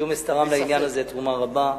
ג'ומס תרם לעניין הזה תרומה רבה,